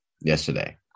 yesterday